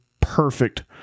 perfect